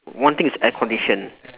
one thing is air conditioned